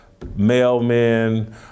mailmen